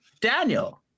Daniel